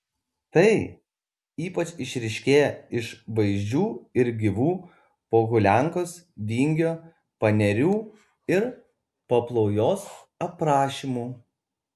tai ypač išryškėja iš vaizdžių ir gyvų pohuliankos vingio panerių ir paplaujos aprašymų